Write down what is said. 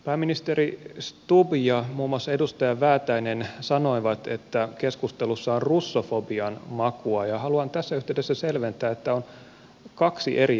pääministeri stubb ja muun muassa edustaja väätäinen sanoivat että keskustelussa on russofobian makua ja haluan tässä yhteydessä selventää että on kaksi eri asiaa nyt kyseessä